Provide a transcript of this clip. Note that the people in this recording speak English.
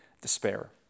despair